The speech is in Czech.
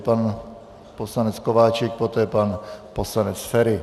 Pan poslanec Kováčik, poté pan poslanec Feri.